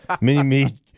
Mini-Me